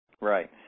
Right